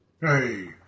hey